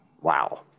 Wow